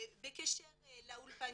בקשר לאולפנים,